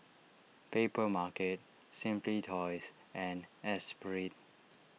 Papermarket Simply Toys and Esprit